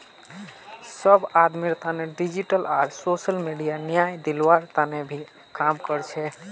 सब आदमीर तने डिजिटल आर सोसल मीडिया न्याय दिलवार भी काम कर छे